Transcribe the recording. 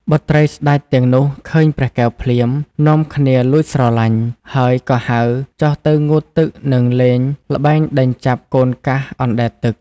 បុត្រីស្ដេចទាំងនោះឃើញព្រះកែវភ្លាម នាំគ្នាលួចស្រឡាញ់ ហើយក៏ហៅចុះទៅងូតទឹកនិងលេងល្បែងដេញចាប់កូនកាសអណ្ដែតទឹក។